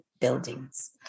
buildings